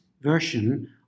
version